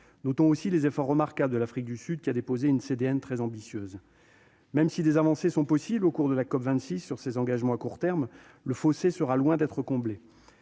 d'ici 2053. Les efforts remarquables de l'Afrique du Sud qui a déposé une CDN très ambitieuse sont également à noter. Même si des avancées sont possibles au cours de la COP26 sur ces engagements à court terme, le fossé sera loin d'être comblé.